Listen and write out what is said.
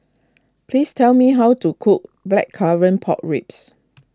please tell me how to cook Blackcurrant Pork Ribs